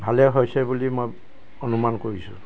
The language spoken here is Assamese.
ভালে হৈছে বুলি মই অনুমান কৰিছোঁ